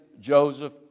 Joseph